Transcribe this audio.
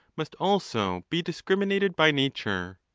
must also be discriminated by nature.